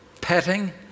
petting